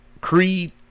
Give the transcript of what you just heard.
creed